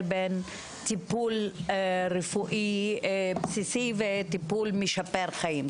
בין טיפול רפואי בסיסי לטיפול משפר חיים,